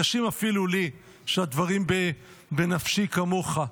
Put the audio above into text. קשים אפילו לי, שהדברים בנפשי, כמוך.